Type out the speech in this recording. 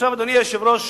אדוני היושב-ראש,